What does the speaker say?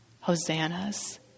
hosannas